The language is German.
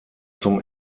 zum